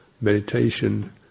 meditation